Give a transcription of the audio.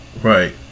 right